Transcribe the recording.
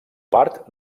part